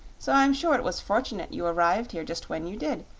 so i'm sure it was fortunate you arrived here just when you did,